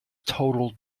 total